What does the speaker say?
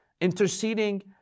interceding